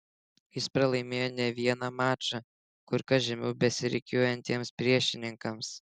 jis pralaimėjo ne vieną mačą kur kas žemiau besirikiuojantiems priešininkams